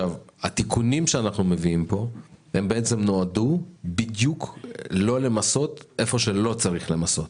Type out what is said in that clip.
והתיקונים שאנחנו מביאים פה בעצם נועדו לא למסות איפה שלא צריך למסות,